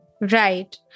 Right